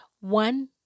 One